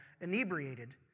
inebriated